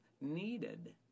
needed